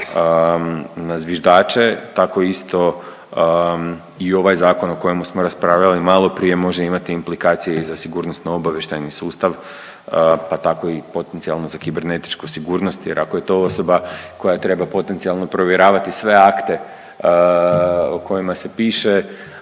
na zviždače tako isto i ovaj zakon o kojemu smo raspravljali malo prije može imati implikacije i za sigurnosno obavještajni sustav pa tako i potencijalno i za kibernetičku sigurnost jer ako je to osoba koja treba potencijalno provjeravati sve akte o kojima se piše,